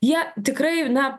jie tikrai na